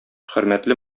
хөрмәтле